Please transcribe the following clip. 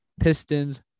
Pistons